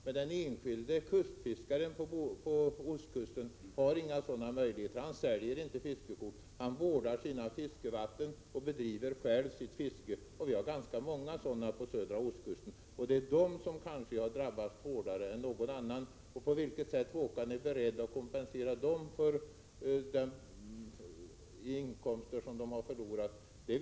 Men den enskilde fiskaren på ostkusten har inga sådana möjligheter. Han säljer inte fiskekort. Han vårdar sina fiskevatten och bedriver själv sitt fiske. Vi har ganska många sådana fiskare på södra ostkusten. Det är denna kategori som kanske har drabbats hårdare än någon annan. Jag vet inte på vilket sätt Håkan Strömberg är beredd att kompensera dessa fiskare för deras inkomstförluster.